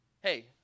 Hey